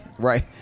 right